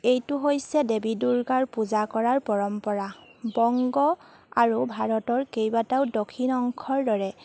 এইটো হৈছে দেৱী দুৰ্গাৰ পূজা কৰাৰ পৰম্পৰা বংগ আৰু ভাৰতৰ কেইবাটাও দক্ষিণ অংশৰ দৰে